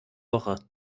woche